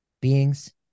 beings